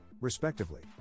respectively